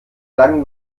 langem